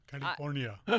california